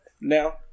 now